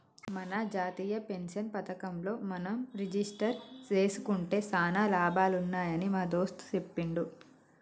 మన జాతీయ పెన్షన్ పథకంలో మనం రిజిస్టరు జేసుకుంటే సానా లాభాలు ఉన్నాయని మా దోస్త్ సెప్పిండు